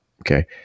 okay